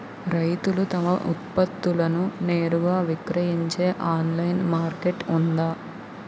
రైతులు తమ ఉత్పత్తులను నేరుగా విక్రయించే ఆన్లైన్ మార్కెట్ ఉందా?